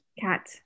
cat